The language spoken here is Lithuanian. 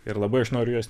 ir labai aš noriu juos